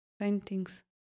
paintings